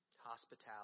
Hospitality